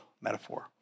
metaphor